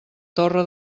torre